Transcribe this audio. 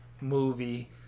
movie